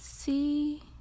See